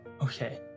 Okay